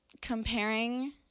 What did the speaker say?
comparing